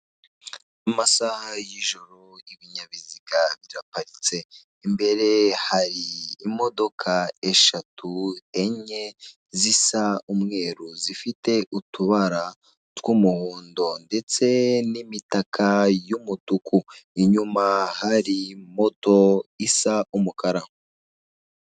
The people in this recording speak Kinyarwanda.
Mu masaha y'ijoro ibinyabiziga biraparitse. Imbere hari imodoka eshatu, enye, zisa umweru, zifite utubara tw'umuhondo ndetse n'imitaka y'umutuku. Inyuma hari moto isa umukara.